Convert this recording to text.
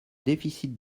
déficit